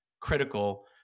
critical